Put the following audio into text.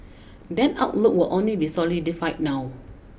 that outlook will only be solidified now